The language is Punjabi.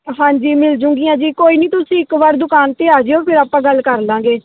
ਹਾਂਜੀ ਮਿਲ ਜੂੰਗੀਆਂ ਜੀ ਕੋਈ ਨਹੀਂ ਤੁਸੀਂ ਇੱਕ ਵਾਰ ਦੁਕਾਨ 'ਤੇ ਆ ਜਿਓ ਫਿਰ ਆਪਾਂ ਗੱਲ ਕਰ ਲਵਾਂਗੇ